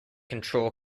control